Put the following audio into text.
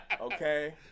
okay